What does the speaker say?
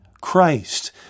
Christ